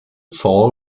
soul